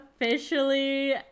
officially